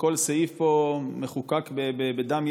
וכל סעיף פה מחוקק בדם,